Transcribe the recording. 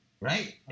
right